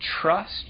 trust